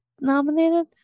nominated